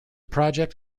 project